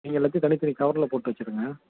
நீங்கள் எல்லாத்தையும் தனி தனி கவரில் போட்டு வச்சுடுங்க